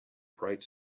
bright